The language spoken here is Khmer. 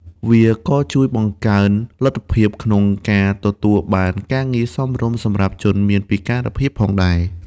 វាក៏ជួយបង្កើនលទ្ធភាពក្នុងការទទួលបានការងារសមរម្យសម្រាប់ជនមានពិការភាពផងដែរ។